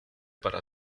para